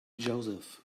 joseph